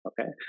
Okay